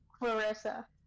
Clarissa